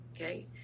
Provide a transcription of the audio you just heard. Okay